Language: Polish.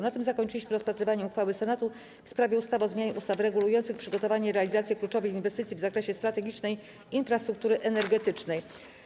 Na tym zakończyliśmy rozpatrywanie uchwały Senatu w sprawie ustawy o zmianie ustaw regulujących przygotowanie i realizację kluczowych inwestycji w zakresie strategicznej infrastruktury energetycznej.